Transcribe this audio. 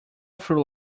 through